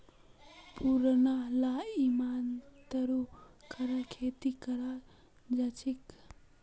पुरना ला इमारततो खड़ा खेती कराल जाछेक